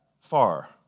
far